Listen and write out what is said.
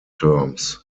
terms